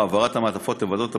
העברת המעטפות לוועדת הבחירות,